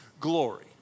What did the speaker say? glory